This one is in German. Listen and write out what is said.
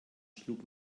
schlug